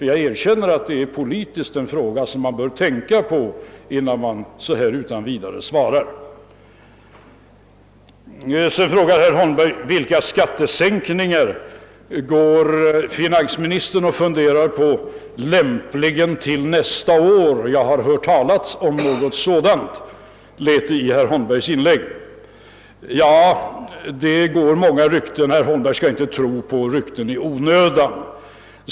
Jag erkänner att det politiskt är en fråga som man bör tänka på innan man utan vidare svarar. Vidare frågar herr Holmberg: Vilka skattesänkningar funderar finansministern på till nästa år? Enligt herr Holmbergs inlägg har han hört talas om något sådant. Det går många rykten, herr Holmberg skall inte tro på rykten i onödan.